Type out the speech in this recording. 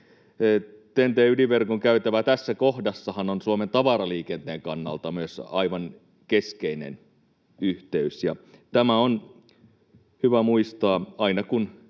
TEN-T-ydinverkon käytävähän tässä kohdassa on myös Suomen tavaraliikenteen kannalta aivan keskeinen yhteys. Tämä on hyvä muistaa aina, kun